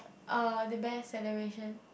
uh the best celebration